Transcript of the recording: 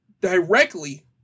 directly